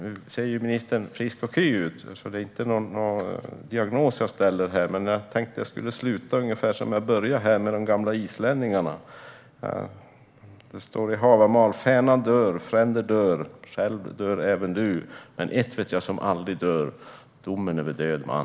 Nu ser ministern frisk och kry ut, så det är inte någon diagnos jag ställer här, men jag tänkte sluta ungefär som jag började, med de gamla islänningarna. I Hávamál står: Fänad dör, fränder dör, själv dör du även; ett vet jag som aldrig dör; dom över död man.